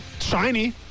Shiny